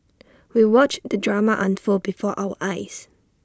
we watched the drama unfold before our eyes